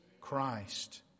Christ